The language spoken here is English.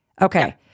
Okay